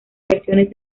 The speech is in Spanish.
versiones